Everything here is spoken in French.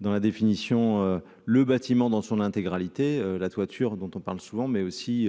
dans la définition, le bâtiment, dans son intégralité la toiture dont on parle souvent, mais aussi